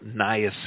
niacin